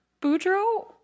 Boudreaux